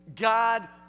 God